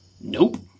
Nope